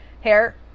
hair